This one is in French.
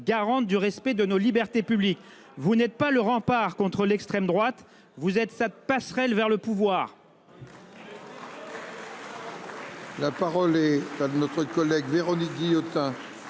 garante du respect de nos libertés publiques. Vous n'êtes pas le rempart contre l'extrême droite, vous êtes sa passerelle vers le pouvoir